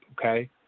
okay